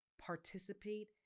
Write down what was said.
participate